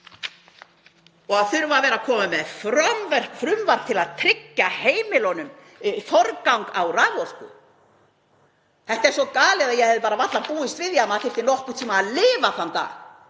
að þurfa að vera að koma með frumvarp til að tryggja heimilunum forgang á raforku — þetta er svo galið að ég hefði varla búist við því að maður þyrfti nokkurn tímann að lifa þann dag